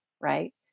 Right